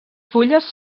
fulles